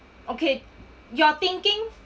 okay you're thinking